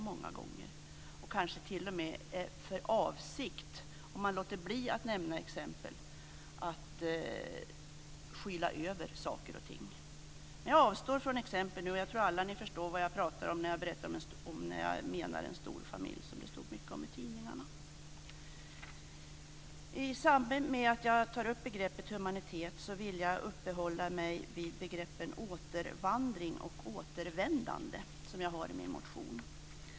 Kanske har man t.o.m. för avsikt, om man låter bli att nämna exempel, att skyla över saker och ting. Jag avstår från exempel, men jag tror att ni alla förstår vad jag pratar om när jag menar en stor familj som det stått mycket om i tidningarna. I samband med att jag tar upp begreppet humanitet vill jag uppehålla mig vid begreppen återvandring och återvändande som jag har tagit upp i min motion.